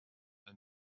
and